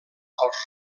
als